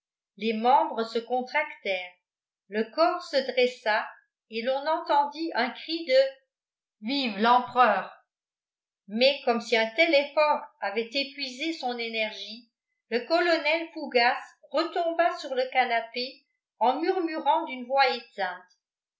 les membres se contractèrent le corps se dressa et l'on entendit un cri de vive l'empereur mais comme si un tel effort avait épuisé son énergie le colonel fougas retomba sur le canapé en murmurant d'une voix éteinte